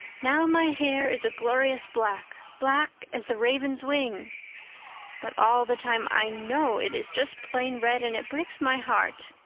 now my hair is a glorious black, black as the raven's wing but all the time i know it is just plain red and it breaks my heart.